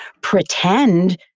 pretend